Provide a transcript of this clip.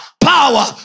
Power